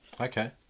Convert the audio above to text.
Okay